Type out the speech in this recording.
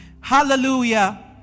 Hallelujah